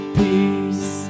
peace